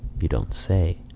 you dont say?